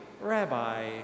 Rabbi